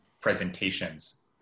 presentations